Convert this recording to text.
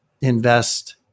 invest